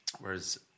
Whereas